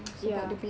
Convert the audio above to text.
ya